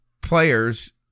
players